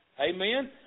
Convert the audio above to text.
Amen